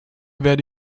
werde